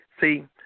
See